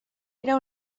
era